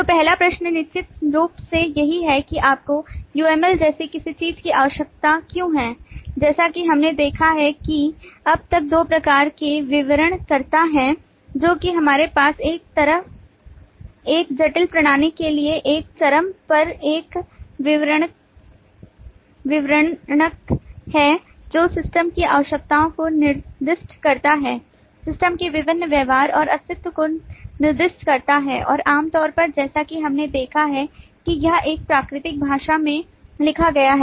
तो पहला प्रश्न निश्चित रूप से यही है कि आपको UML जैसी किसी चीज की आवश्यकता क्यों है जैसा कि हमने देखा है कि अब तक दो प्रकार के विवरणकर्ता हैं जो कि हमारे पास एक तरफ एक जटिल प्रणाली के लिए एक चरम पर एक विवरणक है जो सिस्टम की आवश्यकताओं को निर्दिष्ट करता है सिस्टम के विभिन्न व्यवहार और अस्तित्व को निर्दिष्ट करता है और आमतौर पर जैसा कि हमने देखा है कि यह एक प्राकृतिक भाषा में लिखा गया है